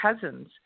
cousins